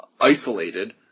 isolated